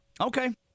Okay